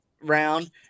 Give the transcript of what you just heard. round